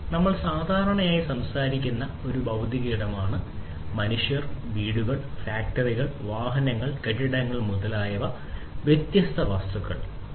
നമ്മൾ സാധാരണയായി സംസാരിക്കുന്നത് ഒരു ഭൌതിക ഇടമാണ് മനുഷ്യർ വീടുകൾ ഫാക്ടറികൾ വാഹനങ്ങൾ കെട്ടിടങ്ങൾ മുതലായവ പോലുള്ള വ്യത്യസ്ത വസ്തുക്കളെക്കുറിച്ചാണ്